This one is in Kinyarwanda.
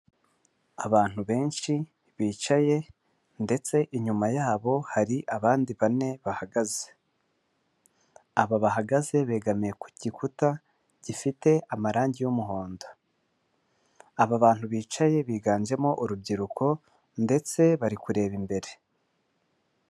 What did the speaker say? Abantu benshi bicaye ndetse inyuma yabo hari abandi bane bahagaze, aba bahagaze begamiye ku gikuta gifite amarangi y'umuhondo. Aba bantu bicaye biganjemo urubyiruko ndetse bari kureba imbere.